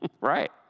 Right